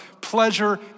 pleasure